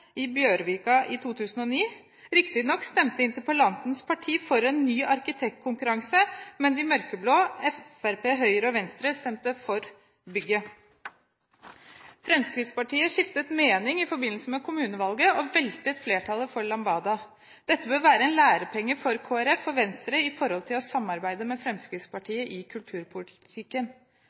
i Bjørvika i 2009. Riktignok stemte interpellantens parti for en ny arkitektkonkurranse, men de mørkeblå – Fremskrittspartiet, Høyre og Venstre – stemte for bygget. Fremskrittspartiet skiftet mening i forbindelse med kommunevalget og veltet flertallet for «Lambada». Dette bør være en lærepenge for Kristelig Folkeparti og Venstre, med tanke på det å samarbeide med Fremskrittspartiet i kulturpolitikken.